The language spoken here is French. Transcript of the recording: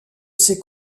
ces